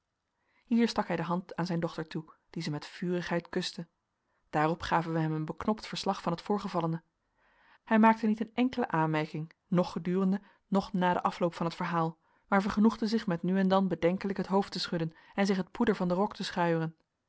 hier stak hij de hand aan zijn dochter toe die ze met vurigheid kuste daarop gaven wij hem een beknopt verslag van het voorgevallene hij maakte niet een enkele aanmerking noch gedurende noch na den afloop van het verhaal maar vergenoegde zich met nu en dan bedenkelijk het hoofd te schudden en zich het poeder van den rok te schuieren